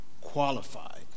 qualified